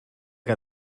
que